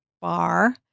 bar